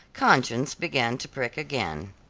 conscience began to prick again.